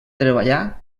treballà